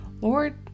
Lord